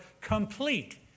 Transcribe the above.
complete